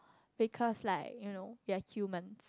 because like you know we are human